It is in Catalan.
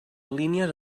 línies